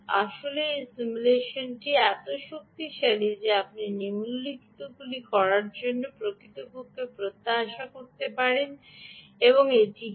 আসলে এই সিমুলেশনটি এত শক্তিশালী যে আপনি নিম্নলিখিতগুলি করার জন্য প্রকৃতপক্ষে প্রত্যাশা করতে পারেন এবং এটি কী